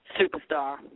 Superstar